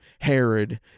Herod